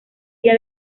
día